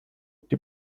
die